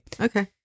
Okay